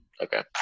Okay